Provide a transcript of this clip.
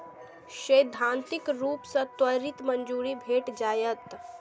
सैद्धांतिक रूप सं त्वरित मंजूरी भेट जायत